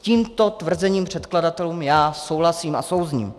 S tímto tvrzením předkladatelů já souhlasím a souzním.